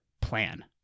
plan